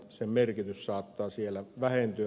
sen merkitys saattaa siellä vähentyä